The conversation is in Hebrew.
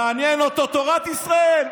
מעניין אותו תורת ישראל?